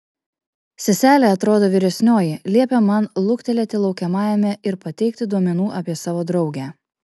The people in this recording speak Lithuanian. seselė atrodo vyresnioji liepė man luktelėti laukiamajame ir pateikti duomenų apie savo draugę